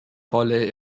rolle